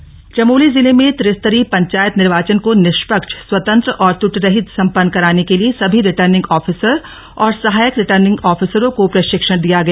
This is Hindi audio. पंचायत चुनाव चमोली चमोली जिले में त्रिस्तरीय पंचायत निर्वाचन को निष्पक्ष स्वतंत्र और त्रटिरहित संपन्न कराने के लिए सभी रिटर्निंग ऑफिसर और सहायक रिटर्निंग ऑफिसरों को प्रशिक्षण दिया गया